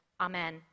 amen